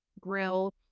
grill